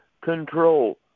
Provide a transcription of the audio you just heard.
control